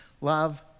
Love